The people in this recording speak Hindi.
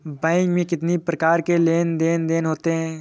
बैंक में कितनी प्रकार के लेन देन देन होते हैं?